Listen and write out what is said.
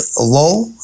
low